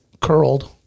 curled